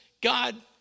God